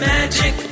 Magic